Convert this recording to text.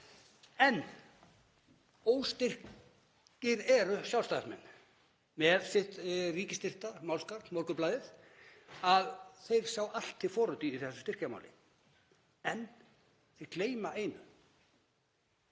En óstyrkir eru Sjálfstæðismenn með sitt ríkisstyrkta málsgagn, Morgunblaðið, að þeir sjá allt til foráttu í þessu styrkjamáli. En þeir gleyma einu: